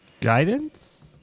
Guidance